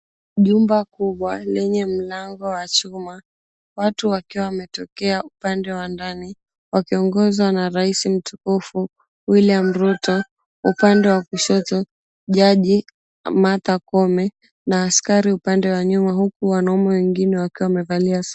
Jumba kubwa lenye mlango wa chuma. Watu wakiwa wametokea upande wa ndani wakiongozwa na rais mtukufu William Ruto, upande wa kushoto, jaji Martha Koome na askari upande wa nyuma huku wanaume wengine wakiwa wamevalia.